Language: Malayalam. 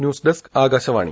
news desk Akashvani